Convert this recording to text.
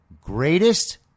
greatest